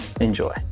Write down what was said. Enjoy